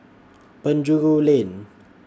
Penjuru Lane